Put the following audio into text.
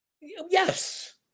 Yes